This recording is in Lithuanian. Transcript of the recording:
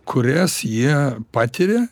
kurias jie patiria